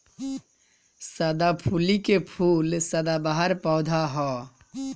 सदाफुली के फूल सदाबहार पौधा ह